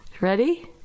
ready